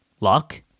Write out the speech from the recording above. luck